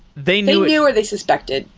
they knew or they suspected.